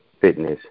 fitness